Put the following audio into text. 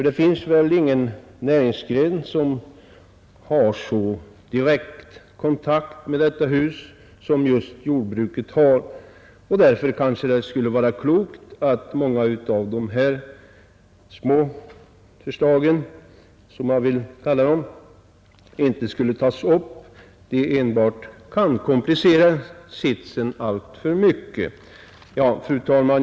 Det finns väl ingen näringsgren som har en så direkt kontakt med detta hus som just jordbruket. Därför vore det kanske klokt om många av dessa små förslag — jag vill beteckna dem så — Nr 65 inte togs upp. De kan komplicera sitsen alltför mycket. Onsdagen den Fru talman!